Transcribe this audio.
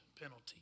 penalty